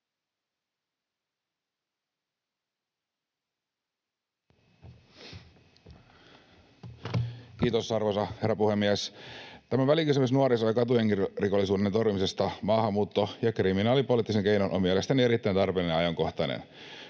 Kiitos, arvoisa herra puhemies! Tämä välikysymys nuoriso- ja katujengirikollisuuden torjumisesta maahanmuutto- ja kriminaalipoliittisin keinoin on mielestäni erittäin tarpeellinen ja ajankohtainen.